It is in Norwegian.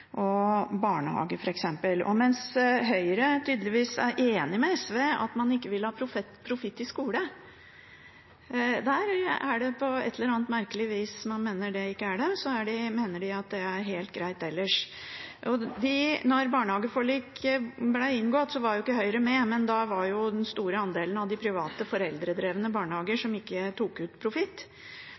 og barnehager. Mens Høyre tydeligvis er enig med SV i at man ikke vil ha profitt i skole – merkelig nok mener de det – mener de at det er helt greit ellers. Da barnehageforliket ble inngått, var ikke Høyre med, men da var jo de fleste private barnehagene foreldredrevne, som ikke tok ut profitt.